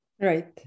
right